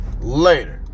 later